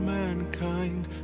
mankind